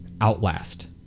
Outlast